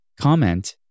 comment